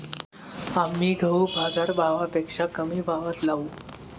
आम्ही गहू बाजारभावापेक्षा कमी भावात लावू